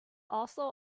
also